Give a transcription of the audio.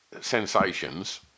Sensations